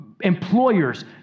employers